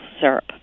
syrup